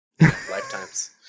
Lifetimes